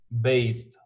based